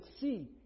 see